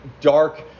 dark